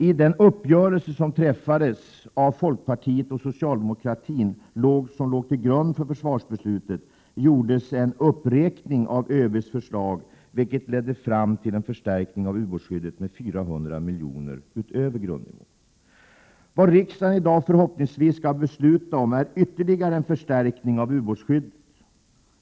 I den uppgörelse som träffades av folkpartiet och socialdemokratin, vilken låg till grund för försvarsbeslutet, gjordes en uppräkning av ÖB:s förslag vilket ledde fram till en förstärkning av ubåtsskyddet med 400 miljoner över grundnivån. Vad riksdagen i dag förhoppningsvis skall besluta om är ytterligare en förstärkning av ubåtsskyddet.